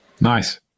Nice